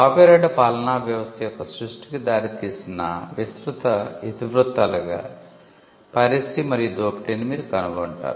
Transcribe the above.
copyright పాలనా వ్యవస్థ యొక్క సృష్టికి దారితీసిన విస్తృత ఇతివృత్తాలుగా 'పైరసీ మరియు దోపిడీని' మీరు కనుగొంటారు